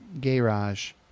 garage